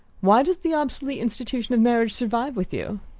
why does the obsolete institution of marriage survive with you?